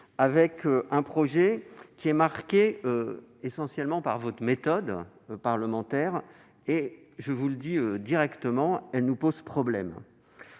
avec un projet qui est marqué essentiellement par votre méthode parlementaire ; je vous le dis directement : elle nous pose problème